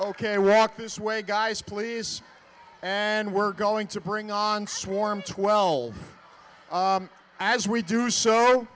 ok walk this way guys please and we're going to bring on swarm twelve as we do so